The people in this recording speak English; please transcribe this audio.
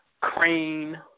crane